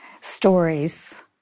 stories